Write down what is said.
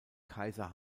kaiser